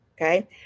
Okay